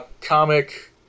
comic